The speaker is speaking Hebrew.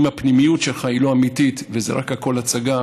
אם הפנימיות שלך היא לא אמיתית והכול זה רק הצגה,